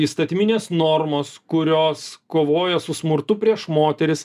įstatyminės normos kurios kovoja su smurtu prieš moteris